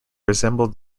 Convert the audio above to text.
resemble